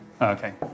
Okay